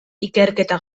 ikerketa